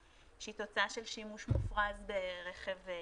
שהיא תוצאה של שימוש מופרז ברכב פרטי.